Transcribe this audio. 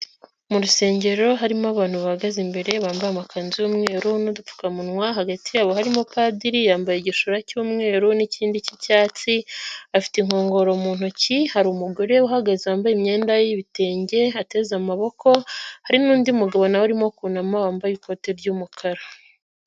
Mu rusengero harimo abantu bahagaze imbere bambaye amakanzu y'umweru n'udupfukamunwa, hagati yabo harimo padiri yambaye igishura cy'umweru n'ikindi cy'icyatsi afite inkongoro mu ntoki, hari umugore uhagaze wambaye imyenda y'ibitenge ateze amaboko hari n'undi mugabo nawe arimo kunama wambaye ikote ry'umukara.